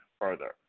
further